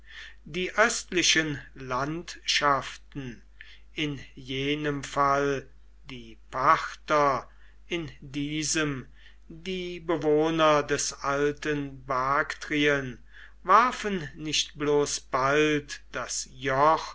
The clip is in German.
die östlichen landschaften in jenem fall die parther in diesem die bewohner des alten baktrien warfen nicht bloß bald das joch